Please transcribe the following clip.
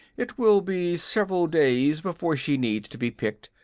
it will be several days before she needs to be picked,